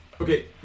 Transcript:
Okay